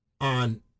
on